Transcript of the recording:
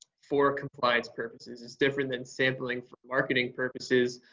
for compliance purposes. it's different than sampling for marketing purposes.